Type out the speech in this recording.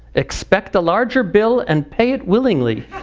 expect a larger bill and pay it willingly